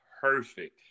perfect